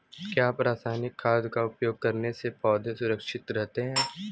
क्या रसायनिक खाद का उपयोग करने से पौधे सुरक्षित रहते हैं?